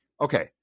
Okay